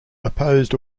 opposed